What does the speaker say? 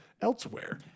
elsewhere